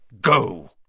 go